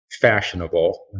fashionable